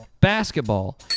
basketball